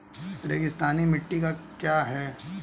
रेगिस्तानी मिट्टी क्या है?